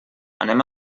anem